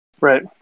Right